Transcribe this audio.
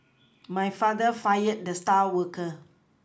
my father fired the star worker